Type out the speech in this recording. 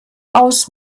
aus